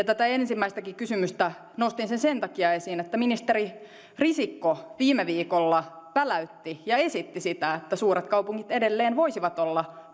tätä ensimmäistäkin kysymystä nostin sen takia esiin että ministeri risikko viime viikolla väläytti ja esitti sitä että suuret kaupungit edelleen voisivat olla